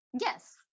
Yes